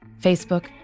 Facebook